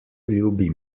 ljubi